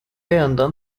yandan